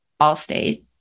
Allstate